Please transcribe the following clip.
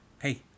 Hey